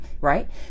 right